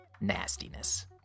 Nastiness